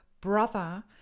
brother